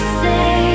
say